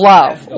Love